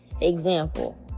Example